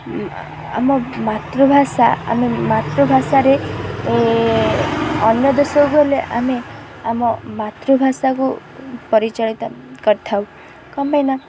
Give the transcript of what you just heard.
ଆମ ମାତୃଭାଷା ଆମେ ମାତୃଭାଷାରେ ଅନ୍ୟ ଦେଶକୁ ଗଲେ ଆମେ ଆମ ମାତୃଭାଷାକୁ ପରିଚାଳିତ କରିଥାଉ କ'ଣ ପାଇଁ ନା